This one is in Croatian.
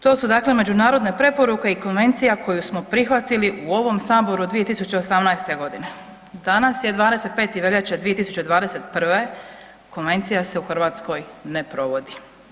To su dakle međunarodne preporuke i konvencija koju smo prihvatili u ovom Saboru 2018.g., danas je 25. veljače 2021. konvencija se u Hrvatskoj ne provodi.